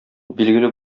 билгеле